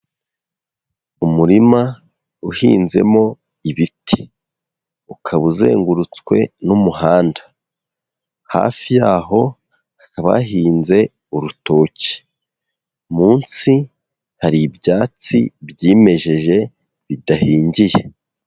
Umurima uhinzemo ibiti. Ukaba uzengurutswe n'umuhanda. Hafi yaho, hakaba bahinze urutoki. Munsi hari ibyatsi byimejeje bidahingiye.